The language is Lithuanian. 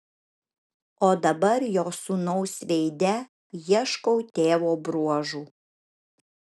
o dabar jo sūnaus veide ieškau tėvo bruožų